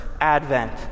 advent